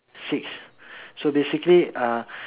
six so basically uh